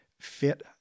fit